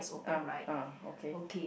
uh uh okay